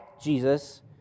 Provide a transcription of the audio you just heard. Jesus